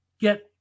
get